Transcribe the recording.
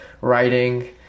writing